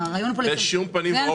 נכון, זה לא יצמצם את הצריכה.